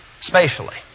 spatially